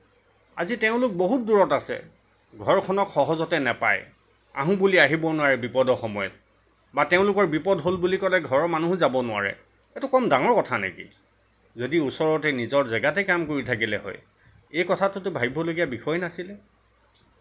আজি তেওঁলোক বহুত দূৰত আছে ঘৰখনক সহজতে নেপায় আহো বুলি আহিব নোৱাৰে বিপদৰ সময়ত বা তেওঁলোকৰ বিপদ হ'ল বুলি ক'লে ঘৰৰ মানুহো যাব নোৱাৰে এইটো কম ডাঙৰ কথা নেকি যদি ওচৰৰ নিজৰ জেগাতে কাম কৰি থাকিলে হয় এই কথাটোতো ভাবিবলগীয়া বিষয়ে নাছিলে